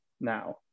now